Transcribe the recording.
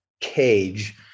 cage